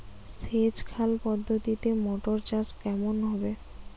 সেচ খাল পদ্ধতিতে মটর চাষ কেমন হবে?